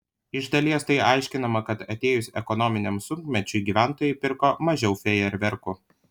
iš dalies tai aiškinama kad atėjus ekonominiam sunkmečiui gyventojai pirko mažiau fejerverkų